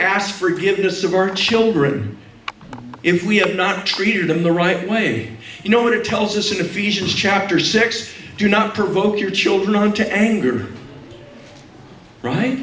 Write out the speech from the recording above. ask forgiveness of our children if we have not treated them the right way you know when it tells us that infusions chapter six do not promote your children to anger right